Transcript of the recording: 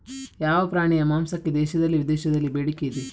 ಯಾವ ಪ್ರಾಣಿಯ ಮಾಂಸಕ್ಕೆ ದೇಶದಲ್ಲಿ ವಿದೇಶದಲ್ಲಿ ಬೇಡಿಕೆ ಇದೆ?